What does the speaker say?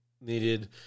needed